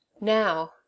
now